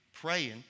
Praying